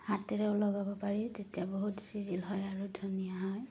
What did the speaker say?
হাতেৰেও লগাব পাৰি তেতিয়া বহুত চিজিল হয় আৰু ধুনীয়া হয়